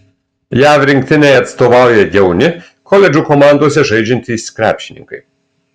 jav rinktinei atstovauja jauni koledžų komandose žaidžiantys krepšininkai